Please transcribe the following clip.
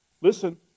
Listen